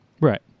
Right